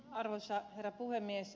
arvoisa rouva puhemies